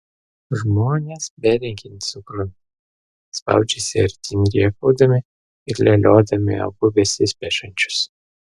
žmonės beregint sukrunta spraudžiasi artyn rėkaudami ir leliodami abu besipešančius